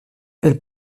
elle